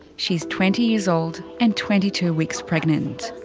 she's twenty years old and twenty two weeks pregnant.